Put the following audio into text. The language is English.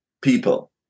people